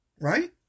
right